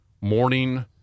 morning